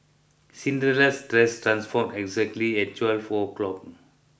Cinderella's dress transformed exactly at twelve o'clock